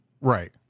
Right